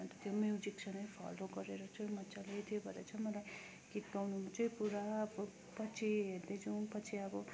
अन्त त्यो म्युजिक सुनेर फलो गरेर चाहिँ मजाले त्यही भएर चाहिँ मलाई गीत गाउनु चाहिँ पुरा पछि हेर्दै जाऊँ पछि अब